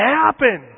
happen